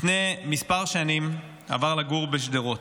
לפני כמה שנים עבר לגור בשדרות.